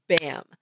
bam